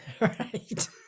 Right